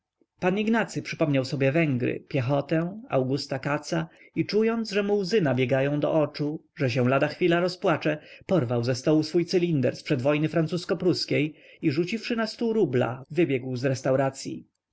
pan ignacy przypomniał sobie węgry piechotę augusta katza i czując że mu łzy nabiegają do oczu że się lada chwilę rozpłacze porwał ze stołu swój cylinder zprzed wojny francusko-pruskiej i rzuciwszy na stół rubla wybiegł z restauracyi